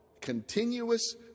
continuous